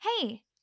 Hey